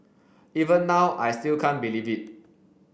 even now I still can't believe it